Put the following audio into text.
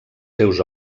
seus